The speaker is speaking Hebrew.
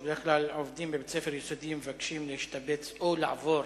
שבדרך כלל עובדים בבית-ספר יסודי ומבקשים להשתבץ או לעבור